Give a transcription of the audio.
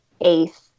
eighth